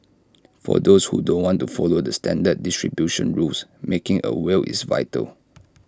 for those who don't want to follow the standard distribution rules making A will is vital